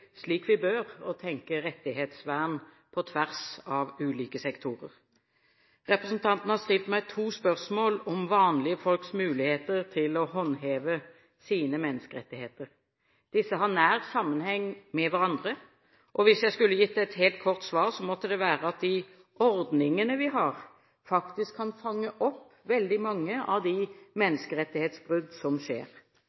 slik vi bør – å tenke rettighetsvern på tvers av ulike sektorer. Representanten har stilt meg to spørsmål om vanlige folks muligheter til å håndheve sine menneskerettigheter. Disse har nær sammenheng med hverandre. Hvis jeg skulle gitt et helt kort svar, måtte det være at de ordningene vi har, faktisk kan fange opp veldig mange av de